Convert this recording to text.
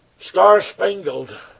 star-spangled